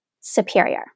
superior